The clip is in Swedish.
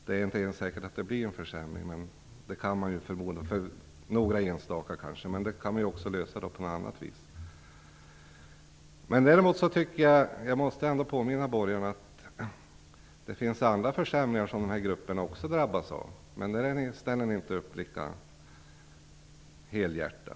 Det är inte ens säkert att det blir en försämring - kanske för några enstaka, men det kan lösas på annat vis. Däremot måste jag påminna borgarna om att dessa grupper drabbas av försämringar också på andra punkter, där ni inte ställer upp lika helhjärtat.